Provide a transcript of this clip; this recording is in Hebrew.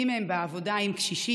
מי מהן בעבודה עם קשישים,